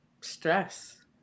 stress